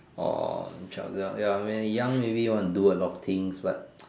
or child ya when you're young maybe you want to do a lot of things but